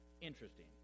interesting